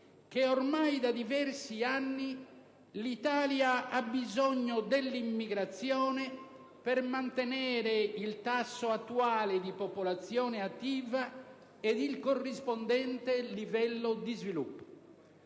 che ormai da diversi anni l'Italia ha bisogno dell'immigrazione per mantenere il tasso attuale di popolazione attiva e il corrispondente livello di sviluppo.